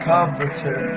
Comforter